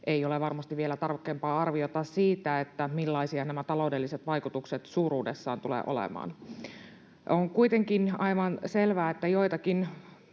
ei ole varmasti vielä tarkempaa arviota siitä, millaisia nämä taloudelliset vaikutukset suuruudessaan tulevat olemaan siinä vaiheessa, kun sofaa